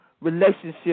relationship